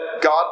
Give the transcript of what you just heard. God